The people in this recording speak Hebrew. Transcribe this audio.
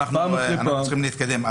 אנחנו צריכים להתקדם.